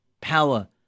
power